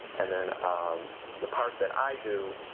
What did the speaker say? and then the part that i do